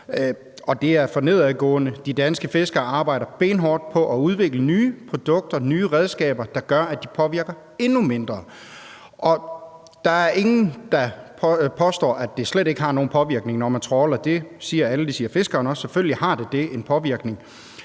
det er for nedadgående. De danske fiskere arbejder benhårdt på at udvikle nye produkter og nye redskaber, der gør, at de påvirker endnu mindre. Der er ingen, der påstår, at det slet ikke har nogen påvirkning, når man trawler. Det siger alle, det siger fiskerne også. Selvfølgelig har det en påvirkning.